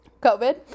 COVID